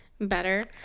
better